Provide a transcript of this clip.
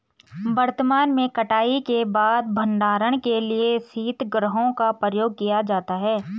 वर्तमान में कटाई के बाद भंडारण के लिए शीतगृहों का प्रयोग किया जाता है